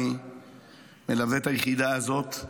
אני מלווה את היחידה הזאת,